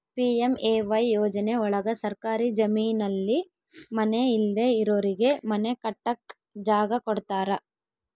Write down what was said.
PMAY ಯೋಜನೆ ಒಳಗ ಸರ್ಕಾರಿ ಜಮೀನಲ್ಲಿ ಮನೆ ಇಲ್ದೆ ಇರೋರಿಗೆ ಮನೆ ಕಟ್ಟಕ್ ಜಾಗ ಕೊಡ್ತಾರ